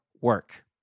work